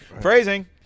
Phrasing